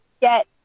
get